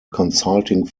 consulting